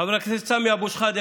חבר הכנסת סמי אבו שחאדה,